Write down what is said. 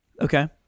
Okay